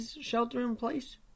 shelter-in-place